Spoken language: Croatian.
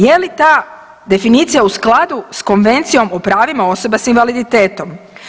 Je li ta definicija u skladu s Konvencijom o pravima osoba s invaliditetom?